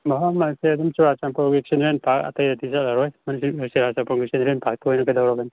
ꯃꯐꯝ ꯑꯁꯦ ꯑꯗꯨꯝ ꯆꯨꯔꯥꯆꯥꯟꯄꯨꯔꯒꯤ ꯆꯤꯜꯗ꯭ꯔꯦꯟ ꯄꯥꯛ ꯑꯇꯩ ꯑꯇꯩ ꯆꯠꯂꯔꯣꯏ ꯆꯤꯜꯗ꯭ꯔꯦꯟ ꯄꯥꯛꯇ ꯑꯣꯏꯅ ꯀꯩꯗꯧꯔꯒꯅꯤ